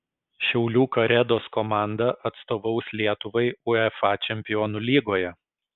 šiaulių karedos komanda atstovaus lietuvai uefa čempionų lygoje